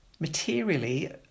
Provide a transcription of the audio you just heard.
materially